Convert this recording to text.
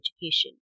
education